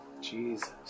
Jesus